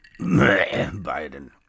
Biden